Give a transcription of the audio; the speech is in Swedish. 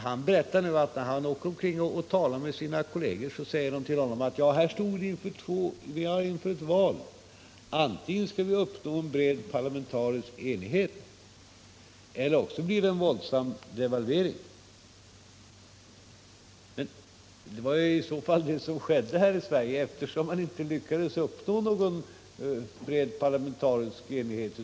Han berättar nu att när han åkte omkring och talade med sina nordiska kolleger, sade dessa: Här står vi inför ett val: antingen skall vi uppnå en bred parlamentarisk enighet eller också blir det en våldsam devalvering. Ja, Nr 33 det var i så fall vad som skedde här i Sverige, eftersom man inte lyckades uppnå någon bred parlamentarisk enighet.